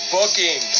Booking